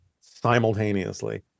simultaneously